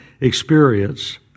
experience